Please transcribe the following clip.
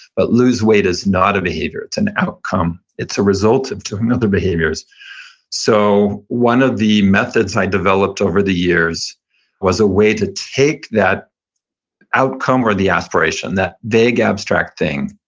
but lose weight is not a behavior. it's an outcome. it's a result to and other behaviors so one of the methods i developed over the years was a way to take that outcome or the aspiration, that vague, abstract thing,